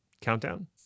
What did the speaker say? Countdown